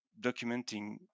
documenting